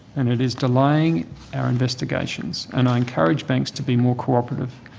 and it is delaying our investigations. and i encourage banks to be more cooperative.